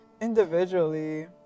Individually